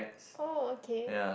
oh okay